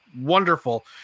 wonderful